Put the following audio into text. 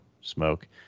smoke